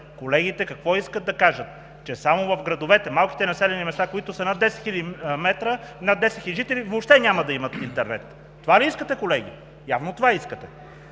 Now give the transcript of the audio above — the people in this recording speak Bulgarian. Колегите какво искат да кажат? Че само в градовете, малките населени места, които са над 10 хиляди жители, въобще няма да имат интернет. Това ли искате, колеги? Явно това искате.